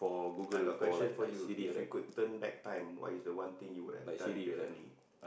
I got question for you if you could turn back time what is the one thing you would have done differently